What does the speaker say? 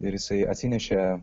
ir jisai atsinešė